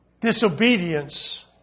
Disobedience